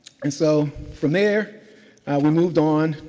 and so from there we moved on